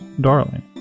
Darling